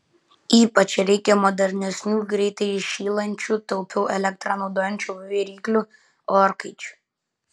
ypač reikia modernesnių greitai įšylančių taupiau elektrą naudojančių viryklių orkaičių